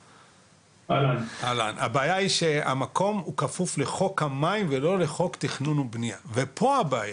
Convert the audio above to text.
הבעיה היא שהמקום כפוף לחוק המים ולא לחוק תכנון ובנייה ופה הבעיה.